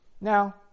Now